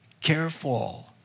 careful